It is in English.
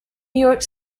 york